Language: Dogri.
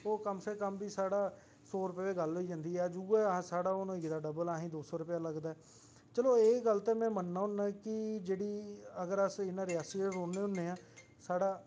ओह् कम् से कम बी साढ़ा सौ रपये च गल्ल होई जंदी ऐ अज्ज उऐ कम्म साढ़ा हून होई गेदा डबल दौ सौ रपये लगदा ऐ चलो एह् गल्ल ते मन्नना होना कि जेहड़ी अगर अस इना रियासी च रौहने होन्ने आं